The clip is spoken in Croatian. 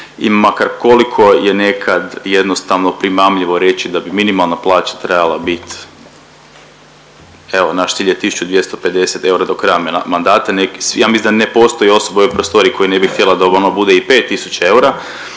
i makar koliko je nekad jednostavno primamljivo reći da bi minimalna plaća trebala bit, evo, naš cilj je 1250 eura do kraja mandata, neki, ja mislim da ne postoji osoba u ovoj prostoriji koja ne bi htjela da ona bude i 5